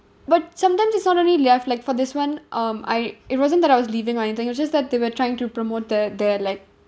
but sometime it's not only left like for this one um I it wasn't that I was leaving or anything it just that they were trying to promote the their like